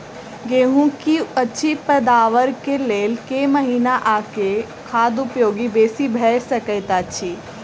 गेंहूँ की अछि पैदावार केँ लेल केँ महीना आ केँ खाद उपयोगी बेसी भऽ सकैत अछि?